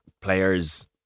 players